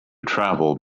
travel